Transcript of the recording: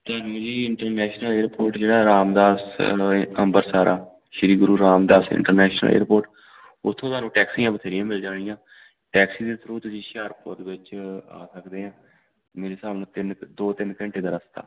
ਧਰਮ ji international airport ਜਿਹੜਾ ਰਾਮਦਾਸ ਹੈ ਅੰਬਰਸਰ ਆ ਸ਼੍ਰੀ ਗੁਰੂ ਰਾਮਦਾਸ ਇੰਟਰਨੈਸ਼ਨਲ ਏਅਰਪੋਰਟ ਉੱਥੋਂ ਤੁਹਾਨੂੰ ਟੈਕਸੀਆਂ ਬਥੇਰੀਆਂ ਮਿਲ ਜਾਣੀਆਂ ਟੈਕਸੀ ਦੇ ਥਰੂ ਤੁਸੀਂ ਹੁਸ਼ਿਆਰਪੁਰ ਵਿੱਚ ਆ ਸਕਦੇ ਹੈ ਮੇਰੇ ਹਿਸਾਬ ਨਾਲ ਤਿੰਨ ਕੁ ਦੋ ਤਿੰਨ ਘੰਟੇ ਦਾ ਰਸਤਾ